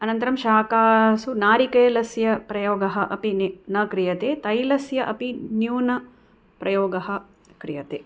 अनन्तरं शाकासु नारिकेलस्य प्रयोगः अपि नि न क्रियते तैलस्य अपि न्यूनं प्रयोगं क्रियते